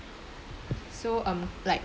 so um like